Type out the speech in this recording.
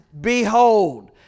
behold